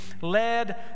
led